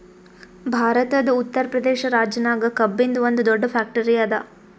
ಭಾರತದ್ ಉತ್ತರ್ ಪ್ರದೇಶ್ ರಾಜ್ಯದಾಗ್ ಕಬ್ಬಿನ್ದ್ ಒಂದ್ ದೊಡ್ಡ್ ಫ್ಯಾಕ್ಟರಿ ಅದಾ